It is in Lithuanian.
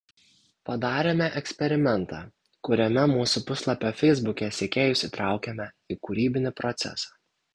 padarėme eksperimentą kuriame mūsų puslapio feisbuke sekėjus įtraukėme į kūrybinį procesą